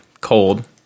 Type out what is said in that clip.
cold